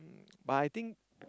but I think